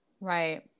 right